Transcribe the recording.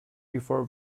before